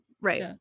Right